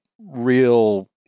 real